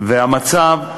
והמצב,